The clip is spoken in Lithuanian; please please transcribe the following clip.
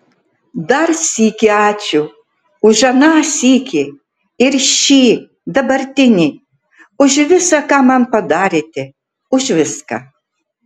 dar sykį ačiū už aną sykį ir šį dabartinį už visa ką man padarėte už viską